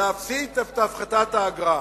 להפסיק את הפחתת האגרה.